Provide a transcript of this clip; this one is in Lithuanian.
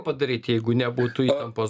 padaryt jeigu nebūtų įtampos